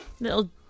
little